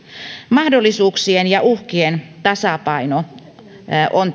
mahdollisuuksien ja uhkien tasapaino on